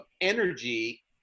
energy